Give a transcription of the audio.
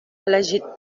elegit